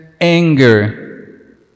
anger